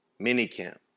minicamp